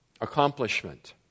Accomplishment